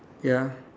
ya